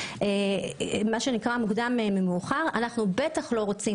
מוטב מוקדם ממאוחר, אנחנו לא רוצים